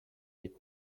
with